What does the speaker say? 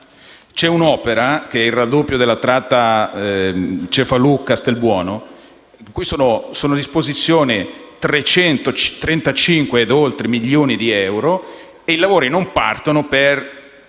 c'è un opera, che è il raddoppio della tratta Cefalù-Castelbuono, per cui sono a disposizione più di 335 milioni di euro e i lavori non partono per